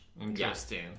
Interesting